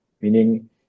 meaning